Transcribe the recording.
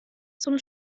zum